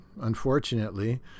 unfortunately